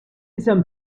isem